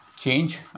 change